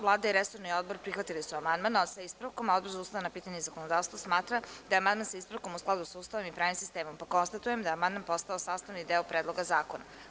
Vlada i resorni odbor prihvatili su amandman, sa ispravkom, a Odbor za ustavna pitanja i zakonodavstvo smatra da je amandman, sa ispravkom, u skladu sa Ustavom i pravnim sistemom, pa konstatujem da je amandman postao sastavni deo Predloga zakona.